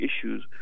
issues